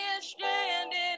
stranded